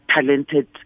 talented